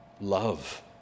Love